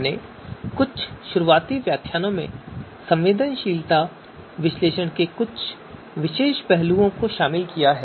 हमने कुछ शुरुआती व्याख्यानों में संवेदनशीलता विश्लेषण के कुछ पहलुओं को शामिल किया है